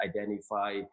identify